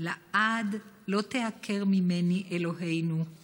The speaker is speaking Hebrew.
ולעד לא תיעקר ממני אלוהינו /